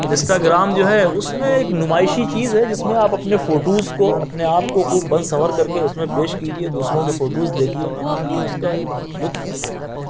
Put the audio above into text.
Instagram جو ہے اس میں ایک نمائشی چیز ہے جس میں آپ اپنے فوٹوز کو اپنے آپ کو خوب بن سنور کر کے اس میں پیش کیجیے دوسروں کے فوٹوز دیکھیے یہ اس کا ایک لطف ہے